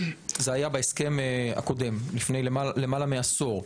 וזה היה בהסכם הקודם לפני למעלה מעשור.